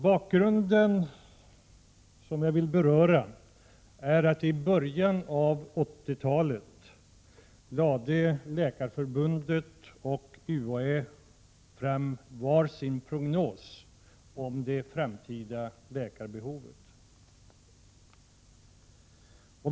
Bakgrunden, som jag vill beröra, är att Läkarförbundet och UHÄ i början av 80-talet lade fram var sin prognos om det framtida läkarbehovet.